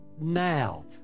now